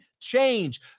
change